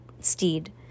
steed